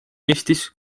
eestis